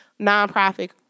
nonprofit